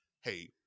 hey